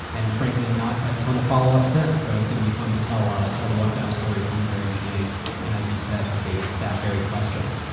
and frankly not a ton of follow-ups since, so it's going to be fun to tell ah tell the whatsapp story from the very beginning and as you said, debate that very question.